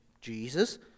Jesus